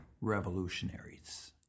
revolutionaries